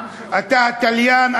אתה התליין.